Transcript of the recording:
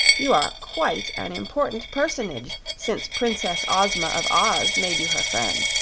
you are quite an important personage since princess ozma of oz made you her friend.